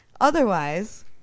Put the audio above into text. otherwise